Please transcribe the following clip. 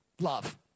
Love